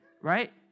Right